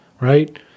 right